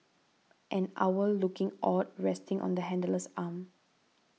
an owl looking awed resting on the handler's arm